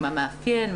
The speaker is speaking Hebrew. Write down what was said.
מה מאפיין,